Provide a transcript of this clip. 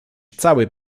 cały